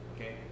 okay